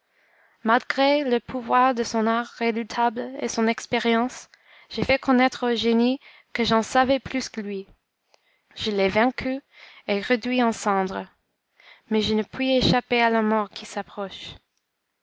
malgré le pouvoir de son art redoutable et son expérience j'ai fait connaître au génie que j'en savais plus que lui je l'ai vaincu et réduit en cendres mais je ne puis échapper à la mort qui s'approche